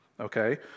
okay